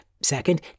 Second